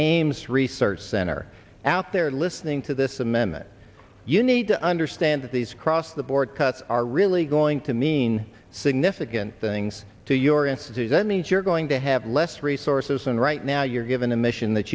ames research center out there listening to this amendment you need to understand that these cross the board cuts are really going to mean significant things to your institute that means you're going to have less resources and right now you're given a mission that